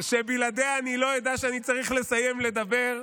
שבלעדיה אני לא אדע שאני צריך לסיים לדבר.